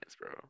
bro